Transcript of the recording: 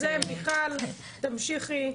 מיכל תמשיכי.